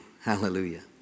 Hallelujah